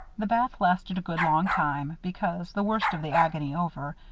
the bath lasted a good long time, because, the worst of the agony over,